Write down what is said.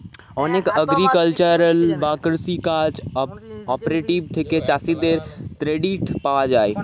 অনেক এগ্রিকালচারাল বা কৃষি কাজ কঅপারেটিভ থিকে চাষীদের ক্রেডিট পায়া যাচ্ছে